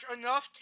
enough